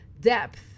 depth